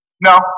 No